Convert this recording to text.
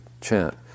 chant